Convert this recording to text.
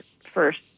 first